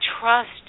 trust